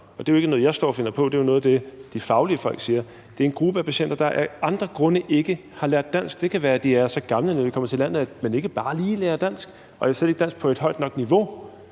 og det er jo ikke noget, jeg står og finder på; det er jo noget af det, de faglige folk siger – er en gruppe af patienter, der af andre grunde ikke har lært dansk? Det kan være, at de er så gamle, når de kommer til landet, at man ikke bare lige lærer dansk og slet ikke dansk på et højt nok niveau.